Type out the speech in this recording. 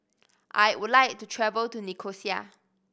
I would like to travel to Nicosia